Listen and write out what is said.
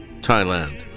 Thailand